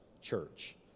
church